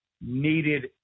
needed